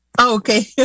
Okay